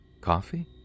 Coffee